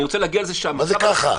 מה זה ככה?